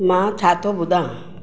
मां छाथो ॿुधां